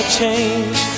change